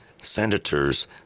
senators